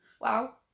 Wow